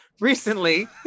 recently